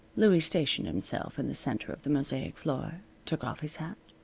louie stationed himself in the center of the mosaic floor, took off his hat,